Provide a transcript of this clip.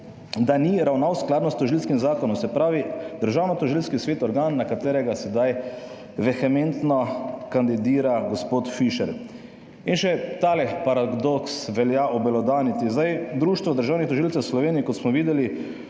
ni ravnal skladno s tožilskim zakonom, se pravi Državnotožilski svet je organ na katerega sedaj vehementno kandidira gospod Fišer. In še tale paradoks velja obelodaniti. Društvo državnih tožilcev Slovenije, kot smo videli,